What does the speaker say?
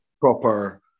proper